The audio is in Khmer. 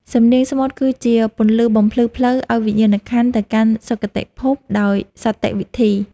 សំនៀងស្មូតគឺជាពន្លឺបំភ្លឺផ្លូវឱ្យវិញ្ញាណក្ខន្ធទៅកាន់សុគតិភពដោយសន្តិវិធី។